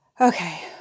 Okay